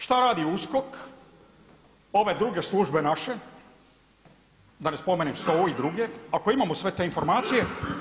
Šta radi USKOK, ove druge službe naše, da ne spomenem SOA-u i druge ako imamo sve te informacije?